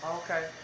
okay